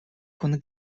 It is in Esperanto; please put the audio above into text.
kun